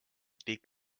big